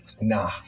Nah